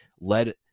led